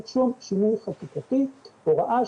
יש לי כאן את הפרוטוקול של הוועדה,